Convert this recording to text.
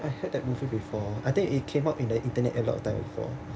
I heard that movie before I think it came up in the internet a lot of time before